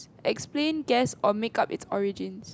explain guess or make up its origins